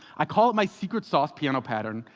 i call it my secret sauce piano pattern,